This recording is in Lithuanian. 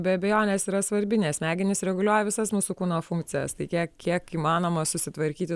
be abejonės yra svarbi nes smegenys reguliuoja visas mūsų kūno funkcijas tai kiek kiek įmanoma susitvarkyti